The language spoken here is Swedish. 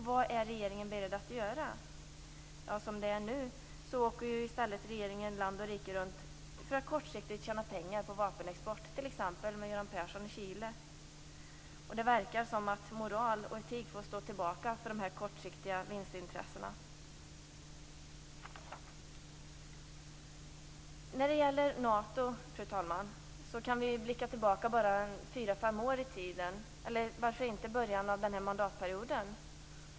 Vad är regeringen beredd att göra? Som det är nu åker i stället regeringen land och rike runt för att kortsiktigt tjäna pengar på vapenexport, som Göran Persson till Chile. Det verkar som om moral och etik får stå tillbaka för de kortsiktiga vinstintressena. Fru talman! När det gäller Nato kan vi blicka tillbaka fyra fem år i tiden, eller varför inte till början av mandatperioden.